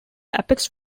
apex